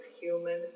human